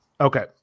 Okay